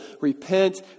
Repent